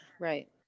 Right